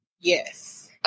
Yes